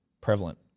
Prevalent